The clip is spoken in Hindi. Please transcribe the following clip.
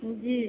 जी